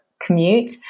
commute